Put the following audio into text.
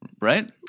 right